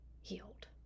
healed